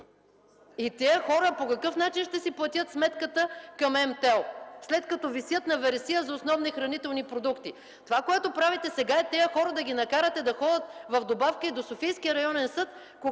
И тези хора по какъв начин ще си платят сметката към MТел, след като висят на вересия за основни хранителни продукти? Това, което правите сега, е тези хора да ги накарат да ходят в добавка до Софийския районен съд,